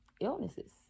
illnesses